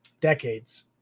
decades